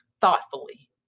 thoughtfully